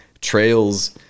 trails